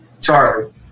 Charlie